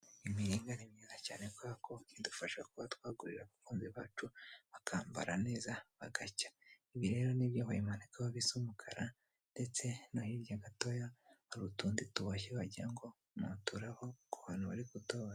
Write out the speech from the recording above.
Imiringa ni myiza cyane kubera ko idufasha kuba twagurira abakunzi bacu bakambara neza bagacya, ibi rero ni ibyo bayimananikaho bisa umukara ndetse no hirya gatoya hari utundi tuboshye wagira ngo ni uturabo ku bantu bari kutubona .